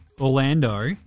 Orlando